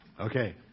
Okay